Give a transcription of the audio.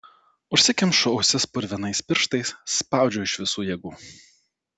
užsikemšu ausis purvinais pirštais spaudžiu iš visų jėgų